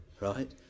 right